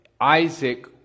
Isaac